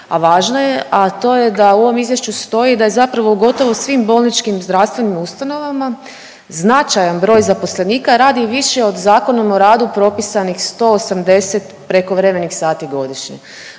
a to je da u ovom Izvješću stoji da je zapravo u gotovo svim bolničkim zdravstvenim ustanovama značajan broj zaposlenika radi više od Zakonom o radu propisanih 180 prekovremenih sati godišnje.